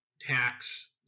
tax